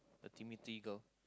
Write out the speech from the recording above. the Timothy girl